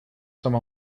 some